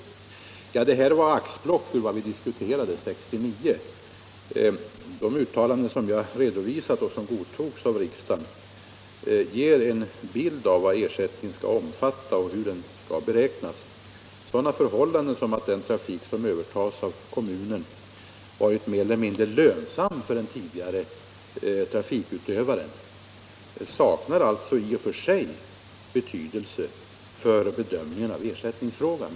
Detta var axplock ur vår diskussion år 1969. De uttalanden som jag redovisat och som godtogs av riksdagen ger en bild av vad ersättningen skall omfatta och hur den skall beräknas. Sådana förhållanden som att den trafik som övertas av kommunen varit mer eller mindre lönsam för den tidigare trafikutövaren saknar alltså i och för sig betydelse för bedömningen i ersättningsfrågan.